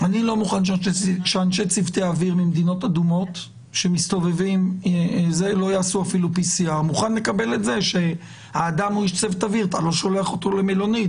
אני לא מוכן שאנשי צוותי האוויר ממדינות אדומות לא יעשו אפילו בדיקת PCR. מוכן לקבל את זה שהאדם הוא איש צוות אוויר ואתה לא שולח אותו למלונית,